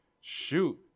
shoot